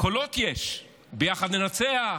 קולות יש: ביחד ננצח,